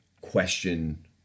question